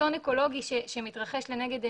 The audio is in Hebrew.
אסון אקולוגי שמתרחש לנגד עינינו.